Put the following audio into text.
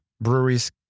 Breweries